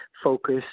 focus